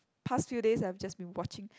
past few days I've just been watching